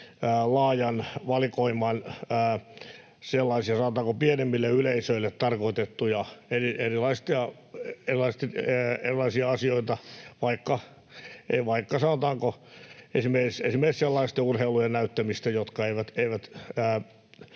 laajan valikoiman sellaisia, sanotaanko, pienemmille yleisöille tarkoitettuja erilaisia asioita, sanotaanko esimerkiksi sellaisten urheilujen näyttämistä, jotka eivät